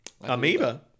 amoeba